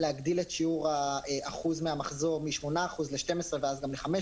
להגדיל את שיעור האחוז מהמחזור מ-8% ואז ל-12% ואז גם ל-15.